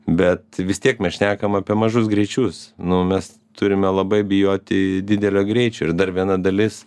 bet vis tiek mes šnekam apie mažus greičius nu mes turime labai bijoti didelio greičio ir dar viena dalis